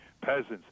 peasants